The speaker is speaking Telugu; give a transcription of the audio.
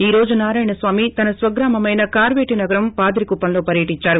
ఈ రోజు నారాయణ స్వామి తన స్వగ్రామమైన కార్యేటి నగరం పాదిరి కుప్పంలో పర్యటించారు